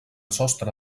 sostre